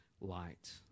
light